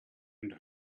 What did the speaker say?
and